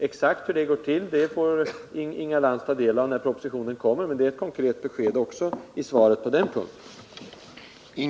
Exakt hur detta skall gå till får Inga Lantz veta när propositionen kommer, men det har alltså lämnats ett besked i svaret på den här punkten.